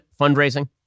fundraising